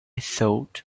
thought